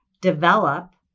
develop